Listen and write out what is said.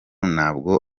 ntabwo